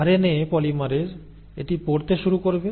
RNA polymerase এটি পড়তে শুরু করবে